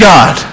God